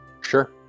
sure